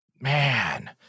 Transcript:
Man